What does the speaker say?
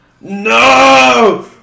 No